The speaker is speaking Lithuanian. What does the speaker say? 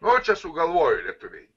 na o čia sugalvojo lietuviai